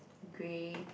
grey